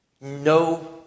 No